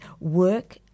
work